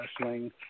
Wrestling